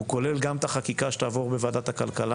הוא כולל גם את החקיקה שתעבור בוועדת הכלכלה